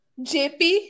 JP